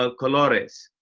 ah colores.